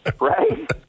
Right